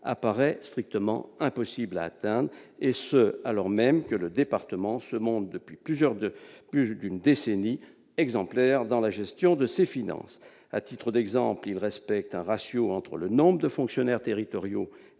apparaît strictement impossible à atteindre, et ce alors même que le département se montre, depuis plus d'une décennie, exemplaire dans la gestion de ses finances. À titre d'exemple, il respecte un ratio entre le nombre de fonctionnaires territoriaux et